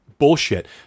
bullshit